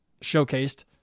showcased